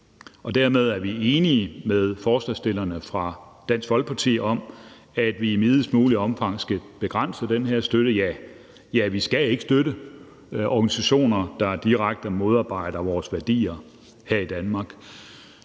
og dermed er vi enige med forslagsstillerne fra Dansk Folkeparti i, at vi i videst muligt omfang skal begrænse den her støtte. Vi skal ikke støtte organisationer, der direkte modarbejder vores værdier her i Danmark.